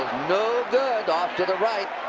no good. off to the right.